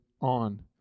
on